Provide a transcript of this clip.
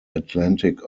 atlantic